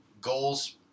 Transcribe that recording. goals